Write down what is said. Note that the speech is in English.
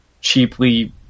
cheaply